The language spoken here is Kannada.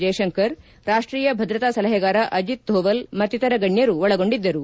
ಜಯಶಂಕರ್ ರಾಷ್ಷೀಯ ಭದ್ರತಾ ಸಲಹೆಗಾರ ಅಜಿತ್ ದೋವಲ್ ಮತ್ತಿತರ ಗಣ್ಣರು ಒಳಗೊಂಡಿದ್ದರು